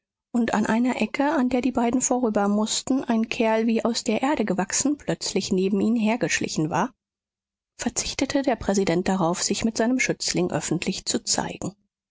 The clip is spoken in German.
und an einer ecke an der die beiden vorüber mußten ein kerl wie aus der erde gewachsen plötzlich neben ihnen hergeschlichen war verzichtete der präsident darauf sich mit seinem schützling öffentlich zu zeigen